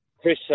Chris